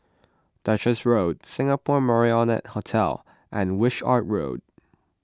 Duchess Road Singapore Marriott Hotel and Wishart Road